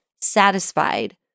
satisfied